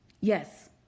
Yes